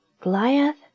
Goliath